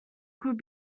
could